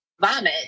vomit